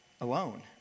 alone